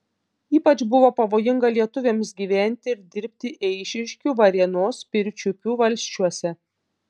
ypač buvo pavojinga lietuviams gyventi ir dirbti eišiškių varėnos pirčiupių valsčiuose